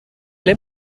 ble